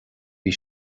bhí